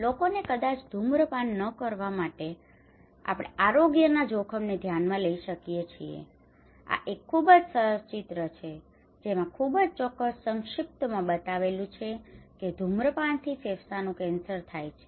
લોકોને કદાચ ધૂમ્રપાન ન કરવા માટે આપણે આરોગ્યના જોખમને ધ્યાનમાં લઈ શકીએ છીએ આ એક ખૂબ જ સરસ ચિત્ર છે જેમાં ખૂબ જ ચોક્કસ સંક્ષિપ્તમાં બતાવેલું છે કે ધૂમ્રપાનથી ફેફસાંનું કેન્સર થાય છે